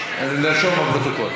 לרשום בפרוטוקול,